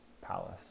palace